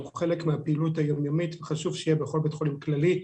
הוא חלק מהפעילות היום-יומית וחשוב שהוא יהיה בכל בית חולים כללי.